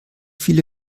viele